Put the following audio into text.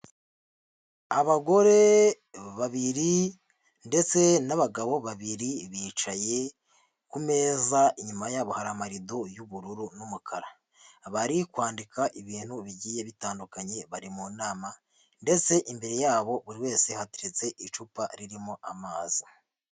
Abagore babiri ndetse n'abagabo babiri, bicaye ku meza, inyuma yabo hari amarido y'ubururu n'umukara. Bari kwandika ibintu bigiye bitandukanye, bari mu nama, ndetse imbere yabo buri wese hateretse icupa ririmo amazi.